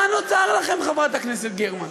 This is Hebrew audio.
מה נותר לכם, חברת הכנסת גרמן?